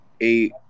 eight